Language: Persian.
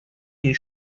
این